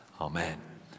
Amen